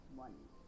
money